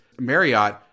Marriott